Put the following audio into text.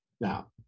now